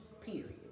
Period